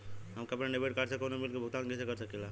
हम अपने debit card से कउनो बिल के भुगतान कइसे कर सकीला?